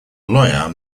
lawyer